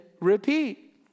repeat